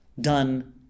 done